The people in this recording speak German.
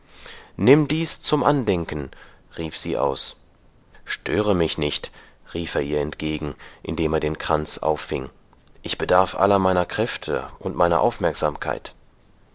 nimm dies zum andenken rief sie aus störe mich nicht rief er ihr entgegen indem er den kranz auffing ich bedarf aller meiner kräfte und meiner aufmerksamkeit